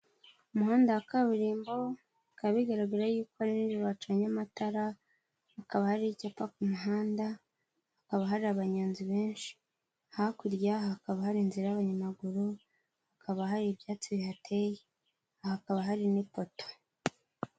Umuhanda wa kaburimbo, bikaba bigaragara yuko ari nijoro bacanye amatara, hakaba hari icyapa ku muhanda, hakaba hari abanyozi benshi, hakurya hakaba hari inzira y'abanyamaguru, hakaba hari ibyatsi bihateye, hakaba hari n'ipoto.